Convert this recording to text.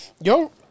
Yo